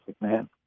man